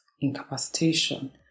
incapacitation